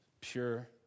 pure